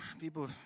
people